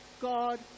God